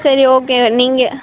சரி ஓகே நீங்கள்